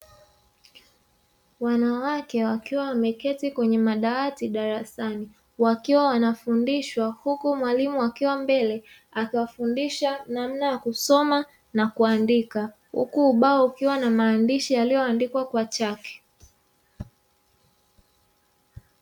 Wanawake wakiwa wameketi kwenye madawati darasani, wakiwa wanafundishwa huku mwalimu akiwa mbele akiwafundisha namna ya kusoma na kuandika, huku ubao ukiwa na maandishi yaliyoandikwa kwa chaki.